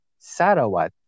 Sarawat